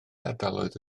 ardaloedd